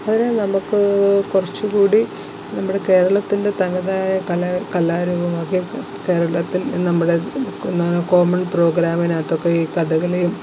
അതുപോലെ നമുക്ക് കുറച്ച് കൂടി നമ്മുടെ കേരളത്തിൻ്റെ തനതായ കലാ കലാരൂപങ്ങളൊക്കെ കേരളത്തിൽ നമ്മുടെ എന്താണ് കോമൺ പ്രോഗ്രാമിനകത്തൊക്കെ ഈ കഥകളിയും